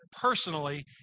personally